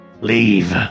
Leave